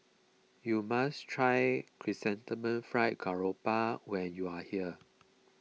you must try Chrysanthemum Fried Garoupa when you are here